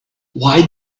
why